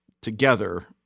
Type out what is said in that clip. together